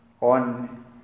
on